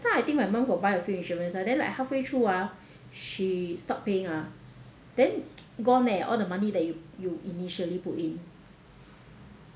last time I think my mum got buy a few insurance lah then like halfway through ah she stopped paying ah then gone leh all the money that you you initially put in